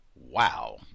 wow